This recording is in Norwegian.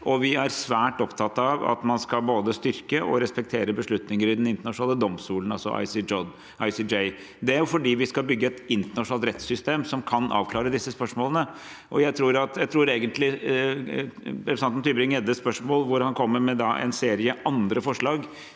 vi er svært opptatt av at man skal både styrke og respektere beslutninger i Den internasjonale domstolen, ICJ. Det er fordi vi skal bygge et internasjonalt rettssystem som kan avklare disse spørsmålene. Jeg tror egentlig representanten Tybring-Gjeddes spørsmål, hvor han kom med en serie andre forslag